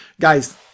guys